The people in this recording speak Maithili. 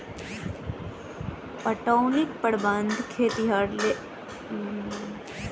पटौनीक प्रबंध खेतिहर लोकनि अपन अपन हिसाबेँ करैत छथि